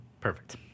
Perfect